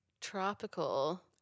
tropical